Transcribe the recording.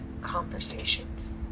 conversations